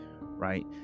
right